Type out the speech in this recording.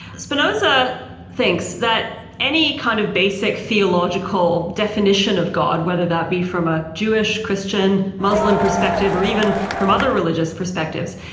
spinoza thinks that any kind of basic theological definition of god, whether that be from a jewish, christian, muslim perspective, or even from other religious perspectives,